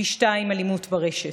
פי שניים אלימות ברשת.